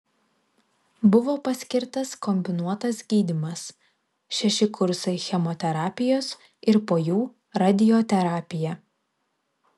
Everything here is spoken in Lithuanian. buvo paskirtas kombinuotas gydymas šeši kursai chemoterapijos ir po jų radioterapija